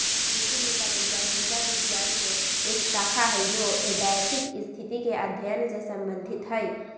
कृषि मृदा विज्ञान मृदा विज्ञान के एक शाखा हई जो एडैफिक स्थिति के अध्ययन से संबंधित हई